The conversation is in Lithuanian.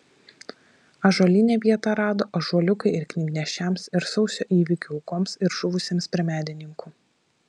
ąžuolyne vietą rado ąžuoliukai ir knygnešiams ir sausio įvykių aukoms ir žuvusiems prie medininkų